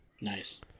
Nice